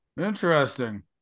interesting